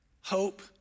hope